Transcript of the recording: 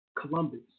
Columbus